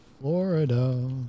Florida